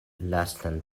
lastan